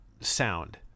sound